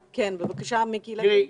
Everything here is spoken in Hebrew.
גברתי,